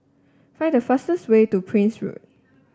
find the fastest way to Prince Road